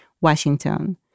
Washington